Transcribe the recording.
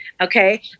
Okay